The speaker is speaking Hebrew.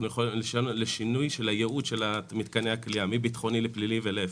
לשינוי ייעוד מתקני הכליאה מביטחוני לפלילי ולהיפך,